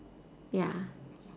ya